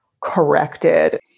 corrected